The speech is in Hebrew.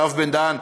הרב בן-דהן,